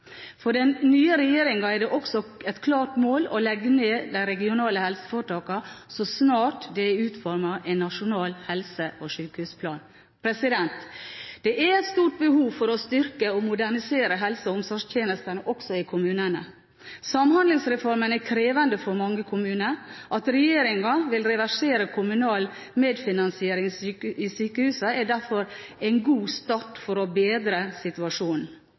For den nye regjeringen er det også et klart mål å legge ned de regionale helseforetakene så snart det er utformet en nasjonal helse- og sykehusplan. Det er et stort behov for å styrke og modernisere helse- og omsorgstjenestene også i kommunene. Samhandlingsreformen er krevende for mange kommuner. At regjeringen vil reversere kommunal medfinansiering i sykehusene, er derfor en god start for å bedre situasjonen.